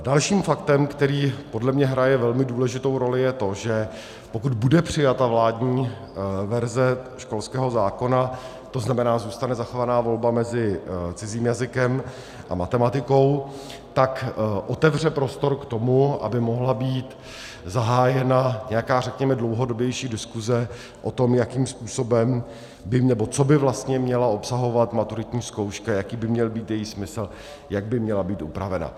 Dalším faktem, který podle mě hraje velmi důležitou roli, je to, že pokud bude přijata vládní verze školského zákona, to znamená, zůstane zachována volba mezi cizím jazykem a matematikou, tak otevře prostor k tomu, aby mohla být zahájena nějaká, řekněme, dlouhodobější diskuse o tom, co by vlastně měla obsahovat maturitní zkouška, jaký by měl být její smysl, jak by měla být upravena.